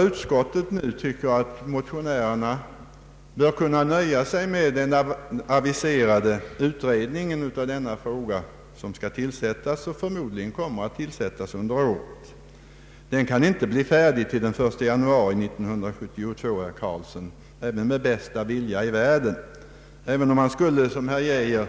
Utskottet anser att motionärerna bör kunna nöja sig med den aviserade utredningen, som förmodligen kommer att tillsättas redan under detta år. Men den Ang. vidgad förtidspensionering, m.m. kan inte, herr Eric Carlsson, ens med bästa vilja i världen bli färdig till den 1 januari 1972, även om det, som herr Arne Geijer